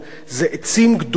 זה עצים גדולים,